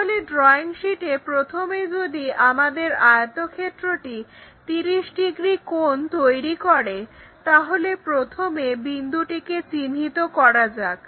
তাহলে ড্রয়িং শীটে প্রথমে যদি আমাদের আয়তক্ষেত্রটি 30 ডিগ্রি কোণ তৈরি করে তাহলে প্রথমে বিন্দুটিকে চিহ্নিত করা যাক